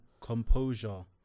composure